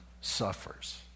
suffers